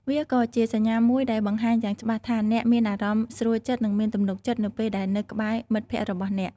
វាក៏ជាសញ្ញាមួយដែលបង្ហាញយ៉ាងច្បាស់ថា អ្នកមានអារម្មណ៍ស្រួលចិត្តនិងមានទំនុកចិត្តនៅពេលដែលនៅក្បែរមិត្តភក្តិរបស់អ្នក។